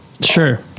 Sure